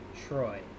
Troy